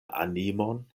animon